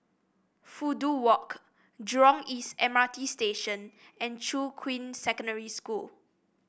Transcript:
Fudu Walk Jurong East M R T Station and Shuqun Secondary School